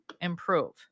improve